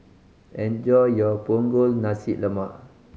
enjoy your Punggol Nasi Lemak